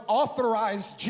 authorized